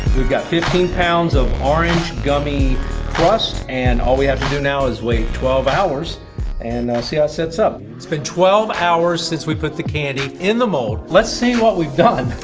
you've got fifteen pounds of orange gummy crust, and all we have to do now is wait twelve hours and see how it sets up. it's been twelve hours since we put the candy in the mould. let's see what we've done.